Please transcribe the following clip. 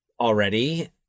already